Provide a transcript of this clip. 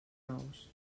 nous